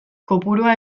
kopurua